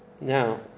Now